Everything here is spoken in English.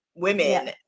women